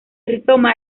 rizoma